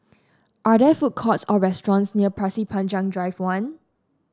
are there food courts or restaurants near Pasir Panjang Drive One